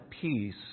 peace